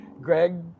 Greg